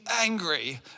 angry